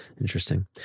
Interesting